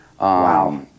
wow